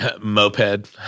Moped